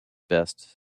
best